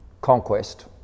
Conquest